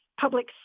public